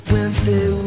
Wednesday